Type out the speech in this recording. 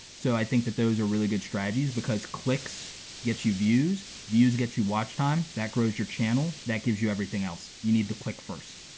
so i think that those are really good strategies because clicks get you views, views get you watch time, that grows your channel, that gives you everything else. you need the click first.